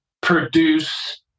produce